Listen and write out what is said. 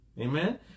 Amen